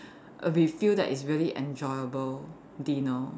we feel that it's very enjoyable dinner